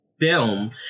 Film